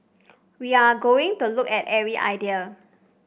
we are going to look at every idea